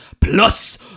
PLUS